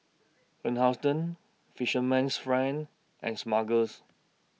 Van Houten Fisherman's Friend and Smuckers